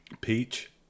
Peach